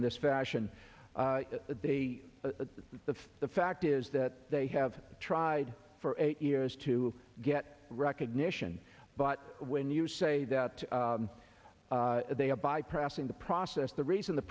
in this fashion the the the fact is that they have tried for eight years to get recognition but when you say that they are bypassing the process the reason the